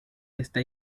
está